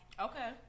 Okay